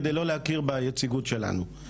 כדי לא להכיר ביציגות שלנו.